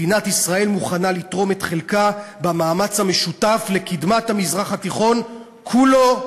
מדינת ישראל מוכנה לתרום חלקה במאמץ משותף לקדמת המזרח התיכון כולו".